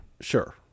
sure